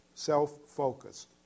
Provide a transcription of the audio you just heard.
Self-focused